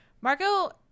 Marco